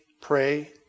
pray